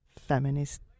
feminist